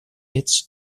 hits